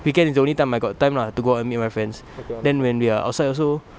weekend is the only time I got time lah to go out and meet my friends then when we are outside also